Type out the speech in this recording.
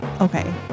Okay